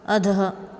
अधः